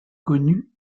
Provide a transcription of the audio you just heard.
connu